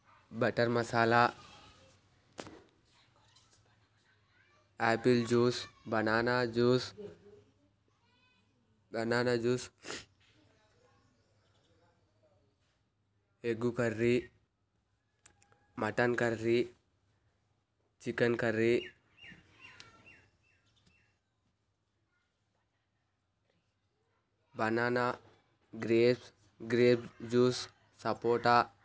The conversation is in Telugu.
butter masala apple juice banana juice banana juice egg curry mutton curry chicken curry banana grapes grape juice sapota